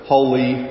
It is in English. Holy